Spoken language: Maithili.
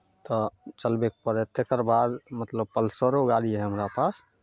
तऽ चलबयके पड़ै हइ तकर बाद मतलब पल्सरो गाड़ी हइ हमरा पास